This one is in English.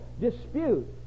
dispute